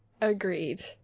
Agreed